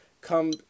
come